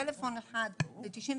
טלפון אחד ל-9696*,